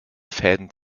fäden